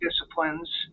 disciplines